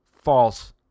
false